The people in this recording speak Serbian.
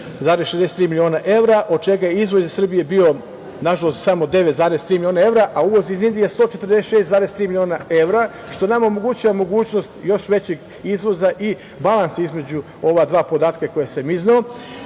153,63 miliona evra od čega je izvoz iz Srbije bio, nažalost, samo 9,3 miliona evra, a uvoz iz Indije 146,3 miliona evra, što nama omogućava mogućnost još većeg izvoza i balans između ova dva podatka koje sam